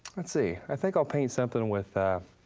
let's see, i think i'll paint something with a